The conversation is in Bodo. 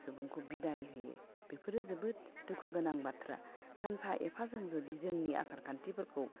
सुबुंखौ बिदाय होयो बेफोरो जोबोद दुखु गोनां बाथ्रा सानफा एफाजों जुदि जोंनि आसारखान्थिफोरखौ